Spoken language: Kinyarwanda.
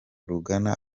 rugana